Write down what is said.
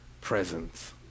presence